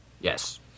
yes